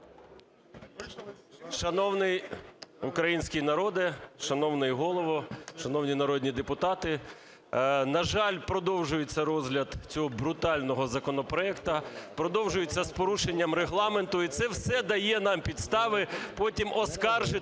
Шановний український народе, шановний Голово, шановні народні депутати, на жаль, продовжується розгляд цього брутального законопроекту, продовжується із порушенням Регламенту. І це все дає нам підстави потім оскаржити